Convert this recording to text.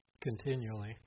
continually